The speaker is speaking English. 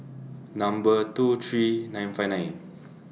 Number two three nine five nine